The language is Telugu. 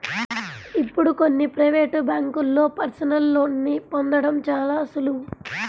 ఇప్పుడు కొన్ని ప్రవేటు బ్యేంకుల్లో పర్సనల్ లోన్ని పొందడం చాలా సులువు